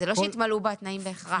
זה לא שהתמלאו בו התנאים בהכרח.